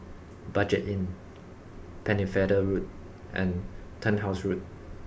budget Inn Pennefather Road and Turnhouse Road